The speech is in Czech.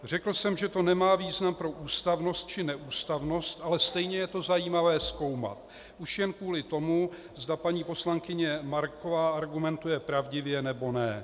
Řekl jsem, že to nemá význam pro ústavnost či neústavnost, ale stejně je to zajímavé zkoumat, už jen kvůli tomu, zda paní poslankyně Marková argumentuje pravdivě, nebo ne.